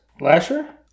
Lasher